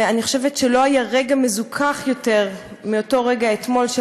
ואני חושבת שלא היה רגע מזוכך יותר מאותו רגע אתמול של